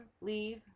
leave